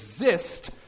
exist